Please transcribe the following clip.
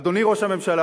אדוני ראש הממשלה,